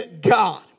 God